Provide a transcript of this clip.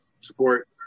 support